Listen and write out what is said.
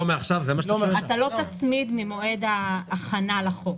לא נצמיד ממועד ההכנה לחוק.